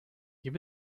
give